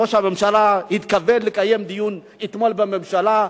ראש הממשלה התכוון לקיים אתמול דיון בממשלה,